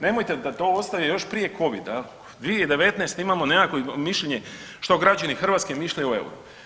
Nemojte da to ostaje još prije covida jel, 2019. imamo nekakvo mišljenje što građani Hrvatske misle o euru.